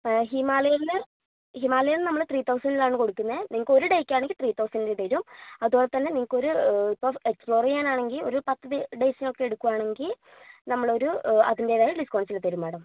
ഹിമാലയനിൽ Himalayan നമ്മൾ three തൗസന്റിനാണു കൊടുക്കുന്നത് നിങ്ങൾക്കൊരു ഡേയ്ക്കാണെങ്കിൽ ത്രീ തൗസന്റിന് തരും അതുപോലെത്തന്നെ നിങ്ങൾക്ക് ഒരു ഇപ്പോൾ എക്സ്പ്ലോർ ചെയ്യാനാണെങ്കിൽ ഒരു പത്തു ഡേയ്സിനൊക്കെ എടുക്കുകയാണെങ്കിൽ നമ്മളൊരു അതിന്റേതായ ഡിസ്കൗണ്ട്സിൽ തരും മാഡം